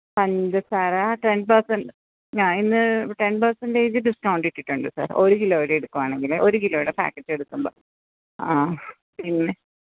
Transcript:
പഞ്ചസാര ten percent ആ ഇന്ന് ടെന് പേര്സെന്റെജ് ഡിസ്ക്കൗണ്ടിട്ടുണ്ട് സാര് ഒരു കിലോയുടെ എടുക്കുകയാണെങ്കില് ഒരു കിലോയുടെ പാക്കറ്റ് എടുക്കുമ്പോള് ആ പിന്നെ